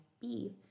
beef